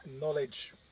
knowledge